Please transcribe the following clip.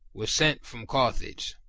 were sent from carthage,